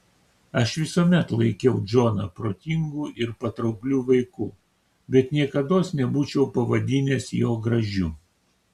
aš visuomet laikiau džoną protingu ir patraukliu vaiku bet niekados nebūčiau pavadinęs jo gražiu